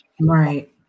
Right